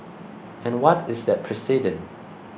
and what is that precedent